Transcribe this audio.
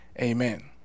amen